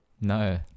No